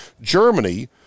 Germany